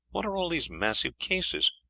what are all these massive cases?